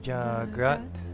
Jagrat